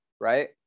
right